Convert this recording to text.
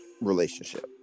relationship